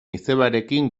izebarekin